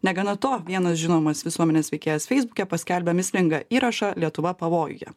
negana to vienas žinomas visuomenės veikėjas feisbuke paskelbė mįslingą įrašą lietuva pavojuje